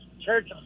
church